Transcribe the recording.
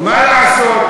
מה לעשות,